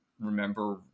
remember